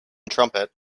trumpet